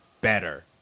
better